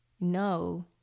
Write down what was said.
no